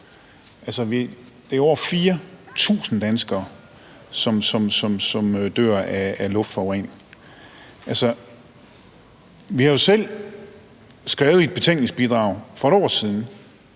Det er over 4.000 danskere, som dør af luftforurening. Vi har jo selv skrevet i et betænkningsbidrag for et år siden,